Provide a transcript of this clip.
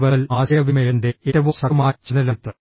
non verbal ആശയവിനിമയത്തിന്റെ ഏറ്റവും ശക്തമായ ചാനലാണിത്